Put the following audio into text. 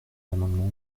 l’amendement